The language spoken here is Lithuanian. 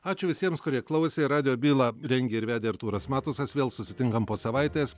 ačiū visiems kurie klausė radijo bylą rengė ir vedė artūras matusas vėl susitinkam po savaitės